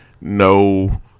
No